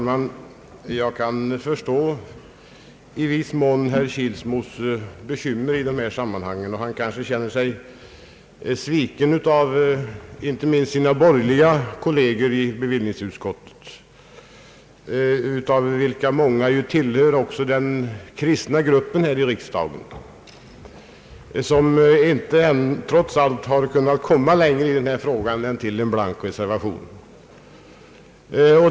Herr talman! Jag kan i viss mån förstå herr Kilsmos bekymmer. Han kanske känner sig sviken inte minst av sina borgerliga kolleger i bevillningsutskottet. Många av dem tillhör ju också den kristna gruppen i riksdagen men har trots allt inte kunnat komma längre än till en blank reservation.